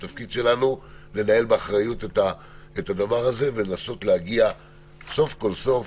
התפקיד שלנו הוא לנהל באחריות את הדבר הזה ולנסות להגיע סוף כל סוף